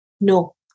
No